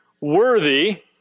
worthy